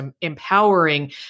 empowering